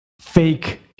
fake